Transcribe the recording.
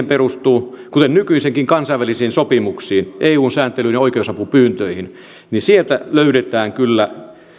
perustuu nykyisinkin kansainvälisiin sopimuksiin eun sääntelyyn ja oikeusapupyyntöihin niin että löydetään tietoja kyllä